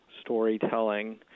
storytelling